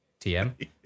TM